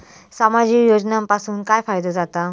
सामाजिक योजनांपासून काय फायदो जाता?